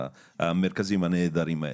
המרכזים הנהדרים האלה.